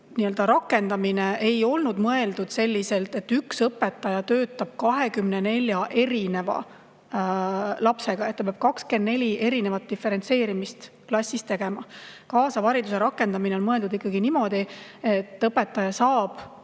rakendamine ei olnud mõeldud selliselt, et üks õpetaja töötab 24 erineva lapsega, et ta peab klassis 24 erinevat diferentseerimist tegema. Kaasava hariduse rakendamine on mõeldud ikkagi niimoodi, et õpetaja saab